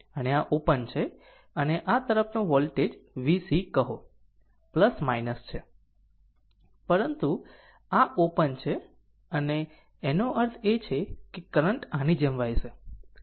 અને આ ઓપન છે અને આ તરફનું વોલ્ટેજ VC કહો છે પરંતુ આ ઓપન છે તેનો અર્થ એ છે કે કરંટ આની જેમ વહેશે